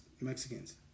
Mexicans